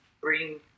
bring